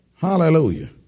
Hallelujah